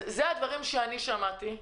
אלו הדברים שאני שמעתי.